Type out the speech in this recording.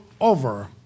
over